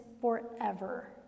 forever